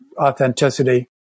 authenticity